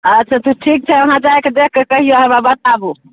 अच्छा तऽ ठीक छै अहाँ जाकऽ देख कऽ कहियौ हमरा बताबु